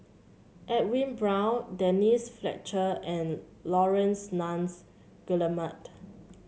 Edwin Brown Denise Fletcher and Laurence Nunns Guillemard